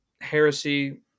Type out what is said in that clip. heresy